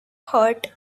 hurt